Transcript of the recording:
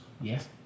Yes